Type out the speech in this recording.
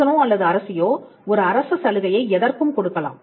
அரசனோ அல்லது அரசியோ ஒரு அரச சலுகையை எதற்கும் கொடுக்கலாம்